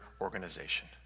organization